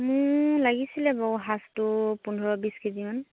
মোক লাগিছিলে বাৰু সাঁজটো পোন্ধৰ বিছ কেজিমান